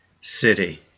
city